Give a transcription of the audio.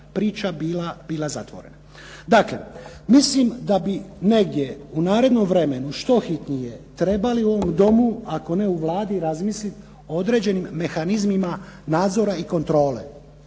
priča bila zatvorena. Dakle, mislim da bi negdje u narednom vremenu, što hitnije, trebali u ovom domu, ako ne u Vladi, razmislit o određenim mehanizmima nadzora i kontrole